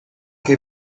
che